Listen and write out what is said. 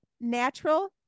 natural